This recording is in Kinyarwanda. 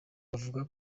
bavuga